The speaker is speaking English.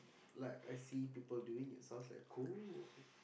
like I see people doing it sounds like cool